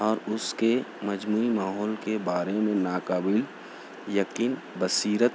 اور اس کے مجموعی ماحول کے بارے میں نا قابل یقین بصیرت